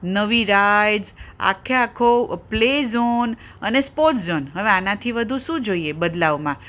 નવી રાઇડ્સ આખે આખો પ્લે ઝોન અને સ્પોટ્સ ઝોન હવે આનાથી વધુ શું જોઈએ બદલાવમાં